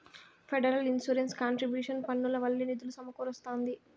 federal insurance contribution పన్నుల వల్లే నిధులు సమకూరస్తాంది